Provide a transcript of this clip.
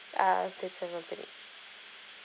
uh the